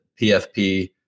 PFP